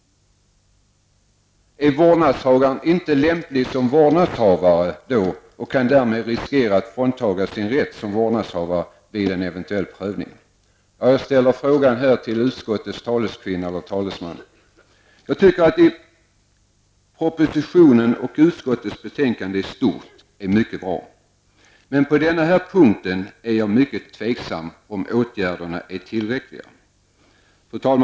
Är vårdnadshavaren inte lämplig som vårdnadshavare då och kan därmed riskera att fråntagas sin rätt som vårdnadshavare vid en eventuell prövning? Jag ställer frågan till utskottets talesman. Jag tycker att propositionen och utskottets betänkande i stort är mycket bra. Men på denna punkt är jag mycket tveksam om åtgärderna är tillräckliga. Fru talman!